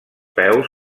peus